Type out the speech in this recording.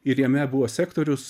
ir jame buvo sektorius